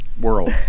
world